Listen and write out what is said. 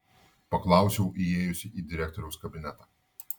paklausiau įėjusi į direktoriaus kabinetą